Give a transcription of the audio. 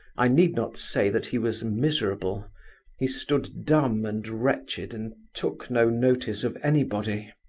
i need not say that he was miserable he stood dumb and wretched and took no notice of anybody.